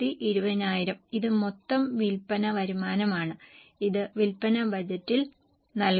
ഇത് മൊത്തം വിൽപ്പന വരുമാനമാണ് ഇത് വിൽപ്പന ബജറ്റിൽ നൽകും